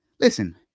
Listen